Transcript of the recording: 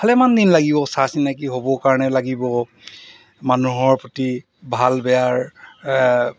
ভালেমান দিন লাগিব চা চিনাকি হ'বৰ কাৰণে লাগিব মানুহৰ প্ৰতি ভাল বেয়াৰ